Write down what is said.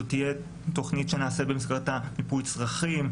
זאת תהיה תוכנית שנעשה במסגרתה טיפול צרכים,